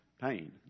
pain